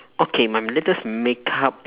okay my latest makeup